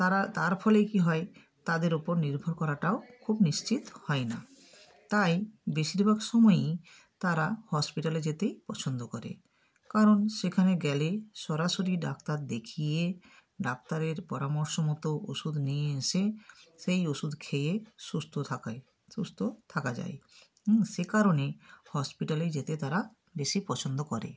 তারা তার ফলে কী হয় তাদের ওপর নির্ভর করাটাও খুব নিশ্চিত হয় না তাই বেশিরভাগ সময়ই তারা হসপিটালে যেতেই পছন্দ করে কারণ সেখানে গেলে সরাসরি ডাক্তার দেখিয়ে ডাক্তারের পরামর্শ মতো ওষুধ নিয়ে এসে সেই ওষুধ খেয়ে সুস্থ থাকায় সুস্থ থাকা যায় সে কারণে হসপিটালেই যেতে তারা বেশি পছন্দ করে